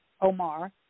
Omar